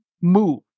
move